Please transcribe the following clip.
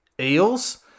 Eels